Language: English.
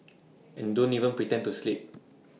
and don't even pretend to sleep